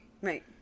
Right